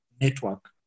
network